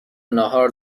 ناهار